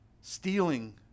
Stealing